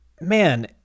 man